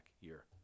year